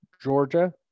Georgia